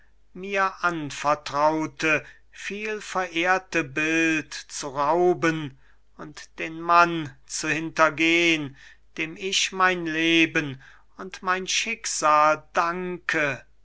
mir anvertraute viel verehrte bild zu rauben und den mann zu hintergehn dem ich mein leben und mein schicksal danke